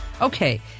Okay